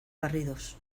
barridos